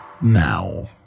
now